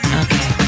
okay